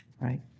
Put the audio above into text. right